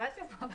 הסעיף אושר.